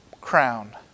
crown